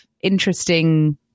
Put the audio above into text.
interesting